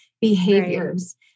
behaviors